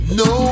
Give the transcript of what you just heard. no